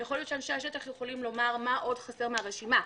יכול להיות שאנשי השטח יכולים לומר מה עוד חסר מהרשימה.